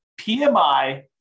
PMI